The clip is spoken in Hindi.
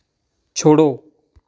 छोड़ो